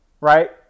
right